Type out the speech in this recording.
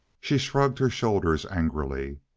she shrugged her shoulders angrily.